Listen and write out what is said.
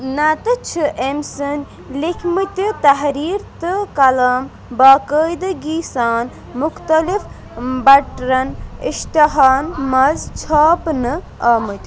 نَتہٕ چھِ أمۍ سٕنٛدۍ لیٚكھمٕتہِ تحریٖر تہٕ کلام باقٲیدٕگی سان مُختٔلِف بَٹرَن اِشاتِہن منٛز چھاپنہٕ آمٕتۍ